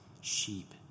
sheep